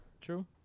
True